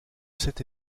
cette